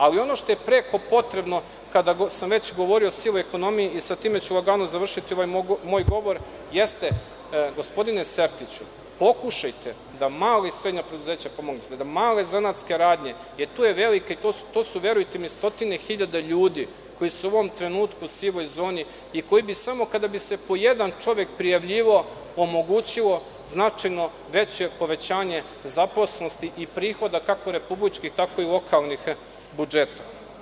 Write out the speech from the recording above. Ali ono što je preko potrebno, kada sam već govorio o sivoj ekonomiji, i sa time ću lagano završiti ovaj moj govor, jeste gospodine Sertiću pokušajte da mala i srednja preduzeća pomognete, da male zanatske radnje, to su stotine hiljada ljudi koji su u ovom trenutku u sivoj zoni i koji bi samo kada bi se po jedan čovek prijavljivao omogućilo značajno veće povećanje zaposlenosti i prihoda, kako republičkih, tako i lokalnih budžeta.